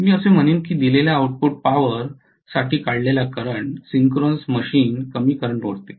मी असे म्हणेन की दिलेल्या आऊटपुट पॉवर साठी काढलेला करंट सिंक्रोनस मशीन कमी करंट ओढते